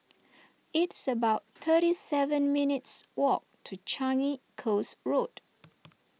it's about thirty seven minutes' walk to Changi Coast Road